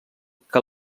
que